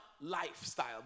lifestyle